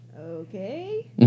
okay